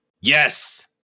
Yes